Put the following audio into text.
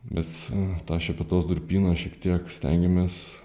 mes tą šepetos durpyną šiek tiek stengiamės